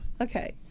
Okay